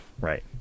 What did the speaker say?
right